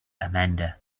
amanda